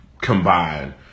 combined